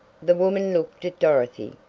the woman looked at dorothy,